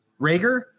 Rager